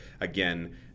again